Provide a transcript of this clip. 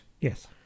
Yes